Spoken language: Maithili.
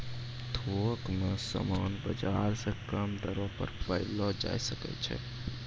थोक मे समान बाजार से कम दरो पर पयलो जावै सकै छै